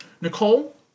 Nicole